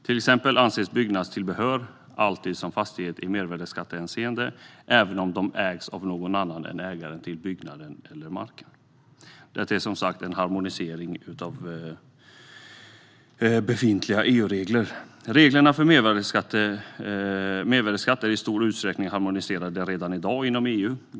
Till exempel betraktas byggnadstillbehör alltid som fastighet i mervärdesskattehänseende, även om de ägs av någon annan än ägaren till byggnaden eller marken. Detta är en harmonisering av befintliga EU-regler. Reglerna för mervärdesskatt är i stor utsträckning harmoniserade redan i dag inom EU.